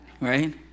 Right